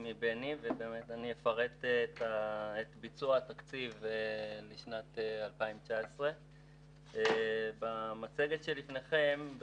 אני אפרט את ביצוע התקציב לשנת 2019. במצגת שלפניכם,